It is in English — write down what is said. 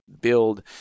build